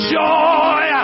joy